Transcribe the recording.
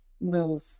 move